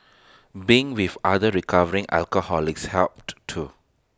being with other recovering alcoholics helped too